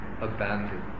abandoned